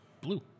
Blue